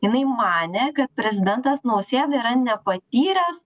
jinai manė kad prezidentas nausėda yra nepatyręs